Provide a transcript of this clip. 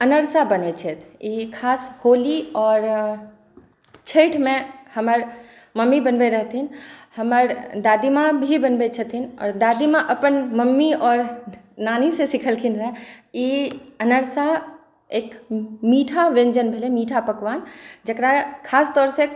अनरसा बनै छै ई खास होली आओर छठिमे हमर मम्मी बनबै रहथिन हमर दादीमाँ भी बनबै छथिन आओर दादी माँ अपन मम्मी आओर नानीसँ सीखलखिन रहै ई अनरसा एक मीठा व्यञ्जन भेलै मीठा पकवान जकरा खास तौरसँ